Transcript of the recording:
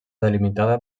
delimitada